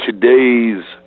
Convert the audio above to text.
today's